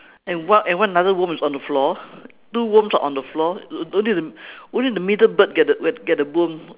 and what and what another worm is on the floor two worms are on the floor only the only the middle bird get the get the worm